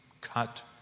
Cut